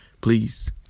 please